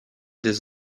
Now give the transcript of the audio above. des